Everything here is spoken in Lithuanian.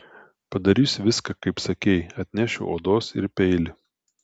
padarysiu viską kaip sakei atnešiu odos ir peilį